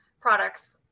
products